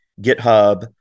GitHub